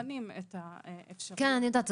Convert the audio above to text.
בוחנים את האפשרות --- אני יודעת,